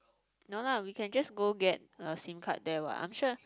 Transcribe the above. no lah we can just go get a Sim card there what I'm sure